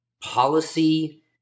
policy